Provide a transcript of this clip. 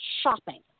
shopping